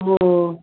ஓ ஓ